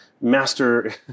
master